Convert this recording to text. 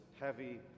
heavy